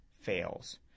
fails